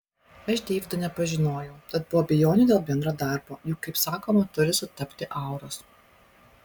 aš deivido nepažinojau tad buvo abejonių dėl bendro darbo juk kaip sakoma turi sutapti auros